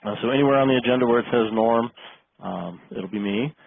ah so anywhere on the agenda where it says norm it will be me.